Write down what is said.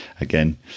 again